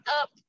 up